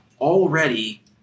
already